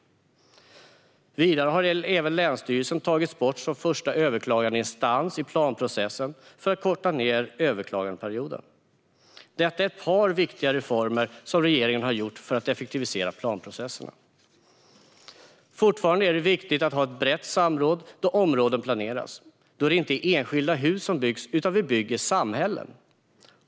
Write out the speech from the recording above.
Vidare har länsstyrelserna tagits bort som första överklagandeinstans i planprocessen för att förkorta överklagandeperioden. Detta är ett par viktiga reformer som regeringen har gjort för att effektivisera planprocesserna. Fortfarande är det viktigt att ha ett brett samråd då områden planeras. Då är det inte enskilda hus som byggs, utan vi bygger samhällen.